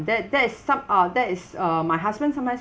that that is some uh that is uh my husband sometimes